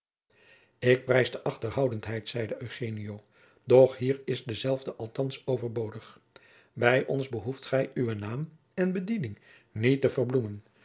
ik prijs de achterhoudendheid zeide eugenio doch hier is dezelve althands overbodig bij ons behoeft gij uwen naam en bediening niet te verbloemen